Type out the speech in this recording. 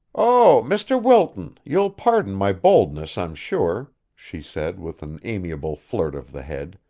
oh, mr. wilton, you'll pardon my boldness, i'm sure, she said with an amiable flirt of the head,